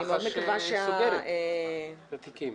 מח"ש סוגרת את התיקים.